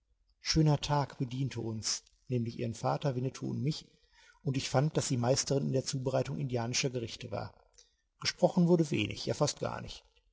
schöner tag bediente uns nämlich ihren vater winnetou und mich und ich fand daß sie meisterin in der zubereitung indianischer gerichte war gesprochen wurde wenig ja fast gar nicht